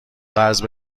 قرض